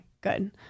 good